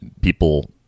people